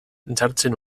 jartzen